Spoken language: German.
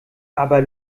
aber